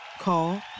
Call